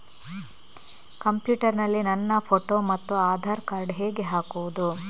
Computer ನಲ್ಲಿ ನನ್ನ photo ಮತ್ತು ಆಧಾರ್ ಕಾರ್ಡ್ ಹೇಗೆ ಹಾಕುವುದು?